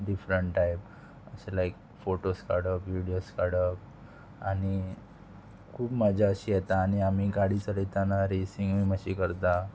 different type अशें लायक photos काडप विडियोज काडप आनी खूब मजा अशी येता आनी आमी गाडी चलयताना रेसिंगूय मातशी करता